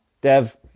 Dev